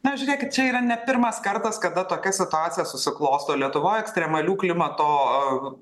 na žiūrėk čia yra ne pirmas kartas kada tokia situacija susiklosto lietuvoj ekstremalių klimato